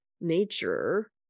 nature